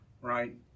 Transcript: Right